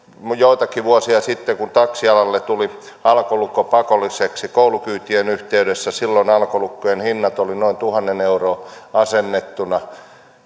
joitakin vuosia sitten kun taksialalle tuli alkolukko pakolliseksi koulukyytien yhteydessä alkolukkojen hinnat olivat noin tuhannen euroa asennettuna